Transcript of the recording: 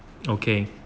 okay